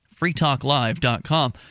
Freetalklive.com